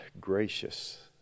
gracious